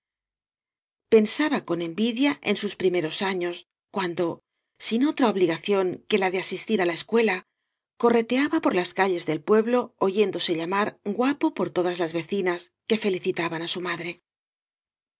pensaba con envidia en sus primeros años cuando sin otra obligación que la de asistir á la escuela correteaba por las calles del pueblo oyéndose llamar guapo por todas las vecinas que felicitaban á su madre